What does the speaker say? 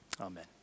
amen